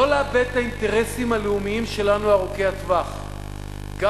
לא לאבד את האינטרסים הלאומיים ארוכי הטווח שלנו,